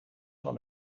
van